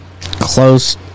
close